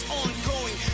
ongoing